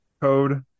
code